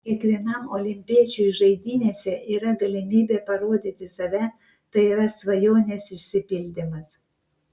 kiekvienam olimpiečiui žaidynėse yra galimybė parodyti save tai yra svajonės išsipildymas